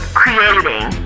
creating